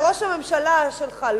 על ראש הממשלה שלך,